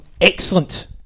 Excellent